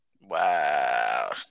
wow